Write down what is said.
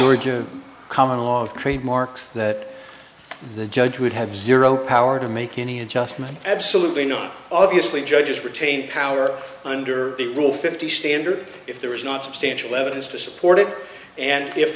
georgia common along trademarks that the judge would have zero power to make any adjustment absolutely not obviously judges retain power under the rule fifty standard if there is not substantial evidence to support it and if